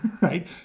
right